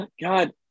God